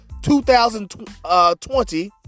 2020